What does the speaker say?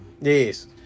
yes